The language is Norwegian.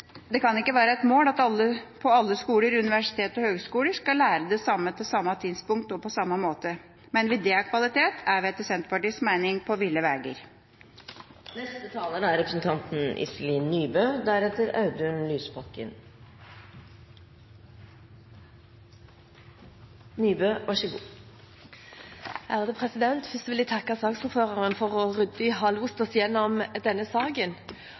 Det kan ikke være et mål at alle på alle skoler, universiteter og høgskoler skal lære det samme til samme tidspunkt og på samme måte. Mener vi dét er kvalitet, er vi etter Senterpartiets mening på ville veier. Først vil jeg takke saksordføreren for ryddig å ha lost oss igjennom denne saken.